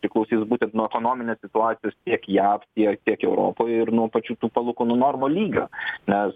priklausys būtent nuo ekonominės situacijos tiek jav tiek tiek europoj ir nuo pačių tų palūkanų normų lygio nes